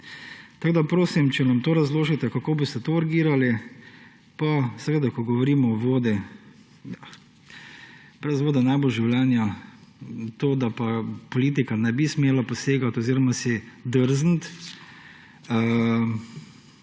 okolja. Prosim, če nam to razložite, kako boste to urgirali. Pa seveda, ko govorimo o vodi – brez vode ni življena. To, da pa politika ne bi smela posegati oziroma si drzniti